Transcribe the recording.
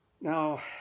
Now